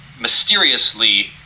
mysteriously